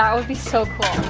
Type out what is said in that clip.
um would be so cool!